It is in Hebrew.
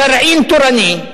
גרעין תורני,